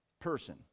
person